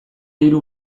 hiru